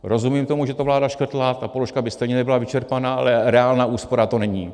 Rozumím tomu, že to vláda škrtla, ta položka by stejně nebyla vyčerpána, ale reálná úspora to není.